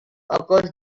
occurs